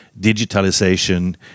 digitalization